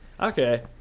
okay